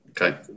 Okay